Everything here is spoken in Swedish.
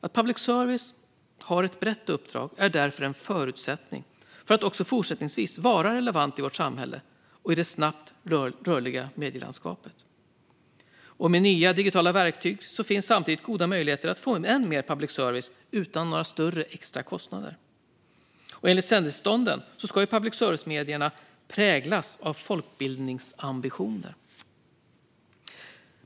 Att public service har ett brett uppdrag är därför en förutsättning för att den också fortsättningsvis ska vara relevant i vårt samhälle och i det snabbt rörliga medielandskapet. Med nya digitala verktyg finns samtidigt goda möjligheter att få än mer public service utan några större extra kostnader. Enligt sändningstillstånden ska public service-medierna präglas av folkbildningsambitioner.